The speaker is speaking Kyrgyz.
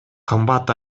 кымбат